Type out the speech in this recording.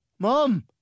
Mom